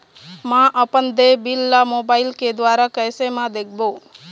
म अपन देय बिल ला मोबाइल के द्वारा कैसे म देखबो?